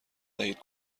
دهید